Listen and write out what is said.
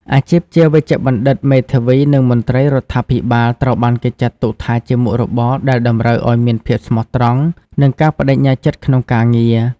អាជីពជាវេជ្ជបណ្ឌិត មេធាវី និងមន្ត្រីរដ្ឋាភិបាលត្រូវបានគេចាត់ទុកថាជាមុខរបរដែលតម្រូវឲ្យមានភាពស្មោះត្រង់ និងការប្តេជ្ញាចិត្តក្នុងការងារ។